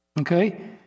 okay